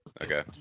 Okay